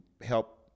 help